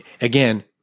again